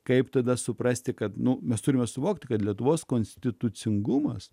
kaip tada suprasti kad nu mes turime suvokti kad lietuvos konstitucingumas